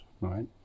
right